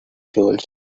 jewels